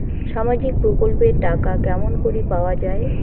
সামাজিক প্রকল্পের টাকা কেমন করি পাওয়া যায়?